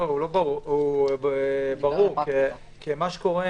לא, זה ברור, כי מה שקורה